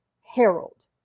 Harold